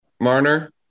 Marner